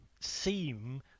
seem